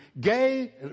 gay